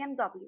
BMW